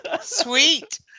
Sweet